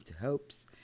hopes